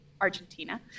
Argentina